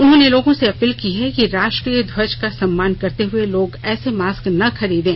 उन्होंने लोगों से अपील की है कि राष्ट्र ध्वज का सम्मान करते हुए लोग ऐसे मास्क न खरीदें